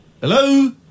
Hello